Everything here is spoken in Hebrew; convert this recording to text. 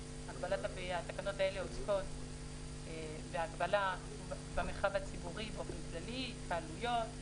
התקנות האלה עוסקות בהגבלה במרחב הציבורי באופן כללי: התקהלויות,